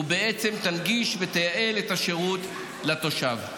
ובעצם תנגיש ותייעל את השירות לתושב.